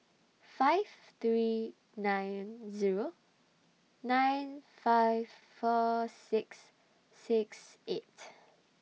five three nine Zero nine five four six six eight